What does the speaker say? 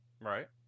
Right